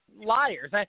liars